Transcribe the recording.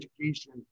education